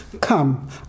Come